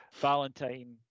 Valentine